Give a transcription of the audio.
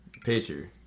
Picture